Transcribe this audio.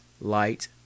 light